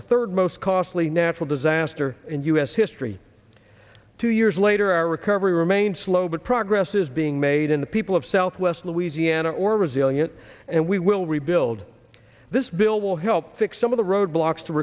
third most costly natural disaster in u s history two years later our recovery remains slow but progress is being made in the people of southwest louisiana or resilient and we will rebuild this bill will help fix some of the roadblocks to